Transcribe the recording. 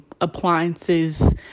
appliances